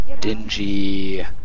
dingy